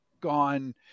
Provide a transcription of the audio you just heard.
gone